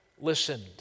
listened